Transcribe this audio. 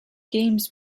games